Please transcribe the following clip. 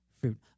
fruit